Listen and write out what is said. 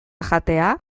jatea